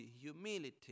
humility